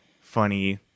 funny